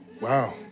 wow